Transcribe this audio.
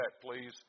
please